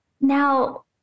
now